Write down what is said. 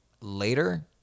later